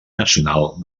nacional